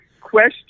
Question